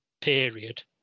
period